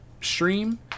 stream